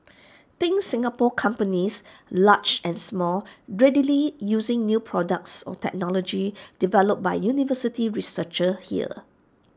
think Singapore companies large and small readily using new products or technology developed by university researchers here